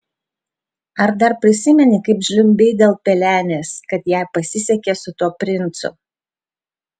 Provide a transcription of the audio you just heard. ar dar prisimeni kaip žliumbei dėl pelenės kad jai pasisekė su tuo princu